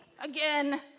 again